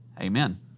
Amen